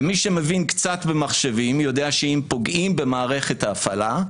מי שמבין קצת במחשבים יודע שאם פוגעים במערכת ההפעלה,